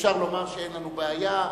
אי-אפשר לומר שאין לנו בעיה.